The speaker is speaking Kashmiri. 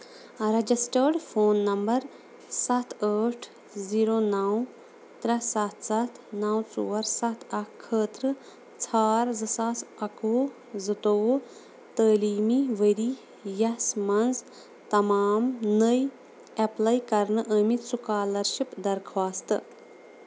رَجِسٹٲڈ فون نمبر سَتھ ٲٹھ زیٖرو نَو ترٛےٚ سَتھ سَتھ نَو ژور سَتھ اَکھ خٲطرٕ ژھار زٕساس اَکہٕ وُہ زٕتووُہ تعٲلیٖمی ؤرۍ یَس منٛز تمام نٔوۍ اٮ۪پلَے کرنہٕ آمٕتۍ سٕکالرشِپ درخواستہٕ